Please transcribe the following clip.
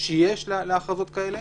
שיש להכרזות כאלה.